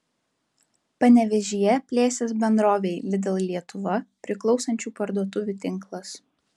panevėžyje plėsis bendrovei lidl lietuva priklausančių parduotuvių tinklas